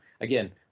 again